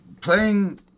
Playing